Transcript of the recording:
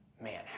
Man